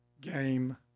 game